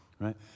right